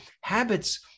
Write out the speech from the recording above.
habits